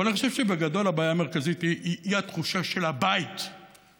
אבל אני חושב שבגדול הבעיה המרכזית היא התחושה של הבית בגדול,